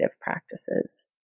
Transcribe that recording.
practices